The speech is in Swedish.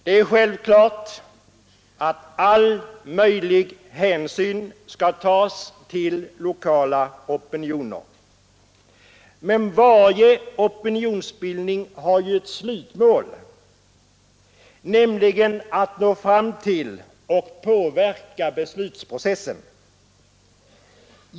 Det är självklart att all möjlig hänsyn skall tas till lokala opinioner. Men varje opinionsbildning har ju ett slutmål, nämligen att nå fram till och påverka beslutsprocessen.